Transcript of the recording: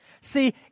See